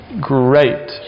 great